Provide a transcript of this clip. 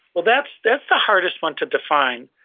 well, that's that's the hardest one to define.